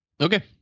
Okay